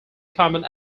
common